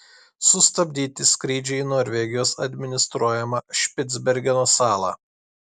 sustabdyti skrydžiai į norvegijos administruojamą špicbergeno salą